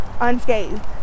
Unscathed